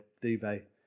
duvet